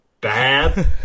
bad